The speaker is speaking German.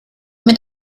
mit